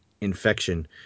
infection